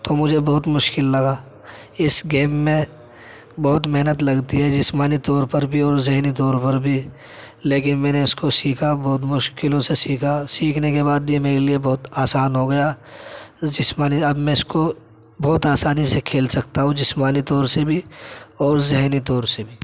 تو مجھے بہت مشکل لگا اِس گیم میں بہت محنت لگتی ہے جسمانی طور پر بھی اور ذہنی طور پر بھی لیکن میں نے اِس کو سیکھا بہت مشکلوں سے سیکھا سیکھنے کے بعد یہ میرے لئے بہت آسان ہو گیا جسمانی اب میں اِس کو بہت آسانی سے کھیل سکتا ہوں جسمانی طور سے بھی اور ذہنی طور سے بھی